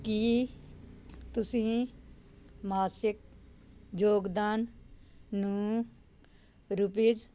ਕੀ ਤੁਸੀਂ ਮਾਸਿਕ ਯੋਗਦਾਨ ਨੂੰ ਰੁਪੀਸ